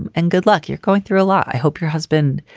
and and good luck. you're going through a lot. i hope your husband,